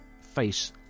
face